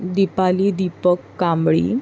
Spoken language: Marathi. दीपाली दीपक कांबळी